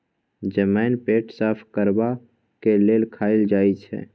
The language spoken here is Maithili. जमैन पेट साफ करबाक लेल खाएल जाई छै